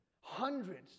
hundreds